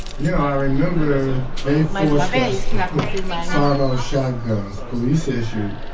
you know, i remember they forced us to put sawed-off shotguns, police-issued,